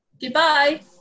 Goodbye